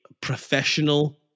professional